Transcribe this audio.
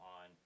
on